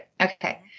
Okay